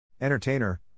Entertainer